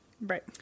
Right